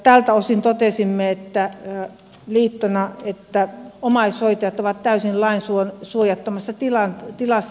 tältä osin totesimme liittona että omaishoitajat ovat täysin lainsuojattomassa tilassa